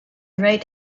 right